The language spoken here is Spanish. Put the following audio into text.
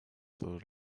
todos